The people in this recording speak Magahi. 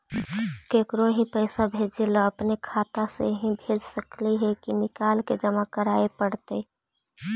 केकरो ही पैसा भेजे ल अपने खाता से ही भेज सकली हे की निकाल के जमा कराए पड़तइ?